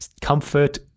comfort